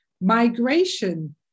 migration